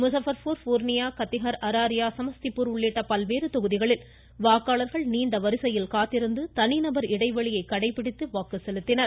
முசாபா்பூர் பூர்ணியா கத்திஹர் அராாியா சமஸ்திபூர் உள்ளிட்ட பல்வேறு தொகுதிகளில் வாக்காளர்கள் நீண்ட வரிசையில் காத்திருந்து தனிநபர் இடைவெளியை கடைபிடித்து வாக்கு செலுத்தினார்கள்